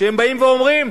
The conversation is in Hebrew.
שהם באים ואומרים: